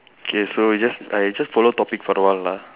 okay so you just I just follow topic for a while lah